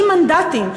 עם 40 מנדטים,